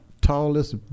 tallest